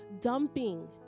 dumping